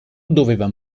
doveva